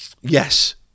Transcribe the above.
Yes